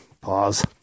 Pause